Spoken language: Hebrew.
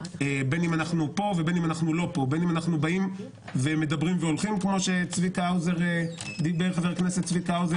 בין אם אנחנו באים ומדברים והולכים כפי שאמר חבר הכנסת צביקה האוזר,